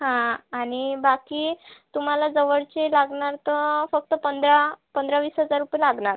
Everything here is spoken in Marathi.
हा आणि बाकी तुम्हाला जवळची लागणार तर फक्त पंधरा पंधरा वीस हजार रुपये लागणार